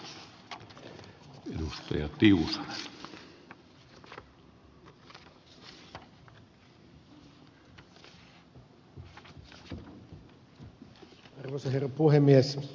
arvoisa herra puhemies